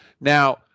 now